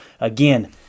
again